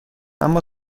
اما